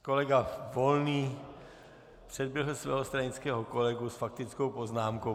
Kolega Volný předběhl svého stranického kolegu s faktickou poznámkou.